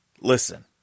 Listen